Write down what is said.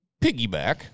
piggyback